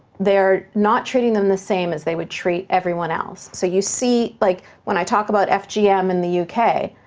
they're not treating them the same as they would treat everyone else. so you see like when i talk about fgm ah um in the u k.